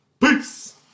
Peace